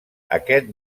aquest